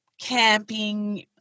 camping